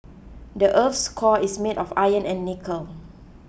the earth's core is made of iron and nickel